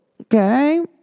Okay